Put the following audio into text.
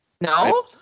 No